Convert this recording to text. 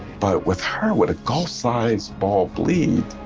but with her what a golf sized ball bleed.